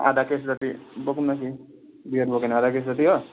आधा केस जति बोकौँ न केही बियर बोक्यो भने आधा केस जति हो